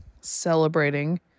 celebrating